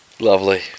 Lovely